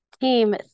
Team